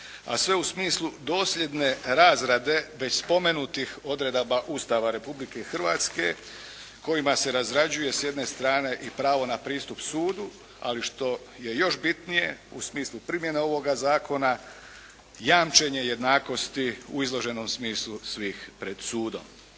a sve u smislu dosljednje razrade već spomenutih odredaba Ustava Republike Hrvatske kojima se razrađuje s jedne strane i pravo na pristup sudu, ali što je još bitnije u smislu primjena ovoga Zakona jamčenje jednakosti u izloženom smislu svih pred sudom,